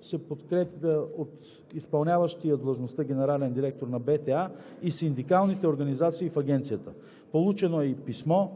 се подкрепя от изпълняващия длъжността „генерален директор“ на БТА и синдикалните организации в Агенцията. Получено е писмо